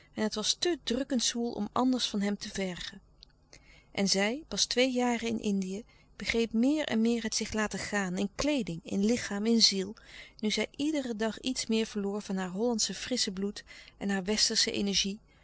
het was te drukkend zwoel om anders van hem te vergen en zij pas twee jaren in indië begreep meer en meer het zich laten gaan in kleeding in lichaam in ziel nu zij iederen dag iets meer verloor van haar hollandsche frissche bloed en haar westersche energie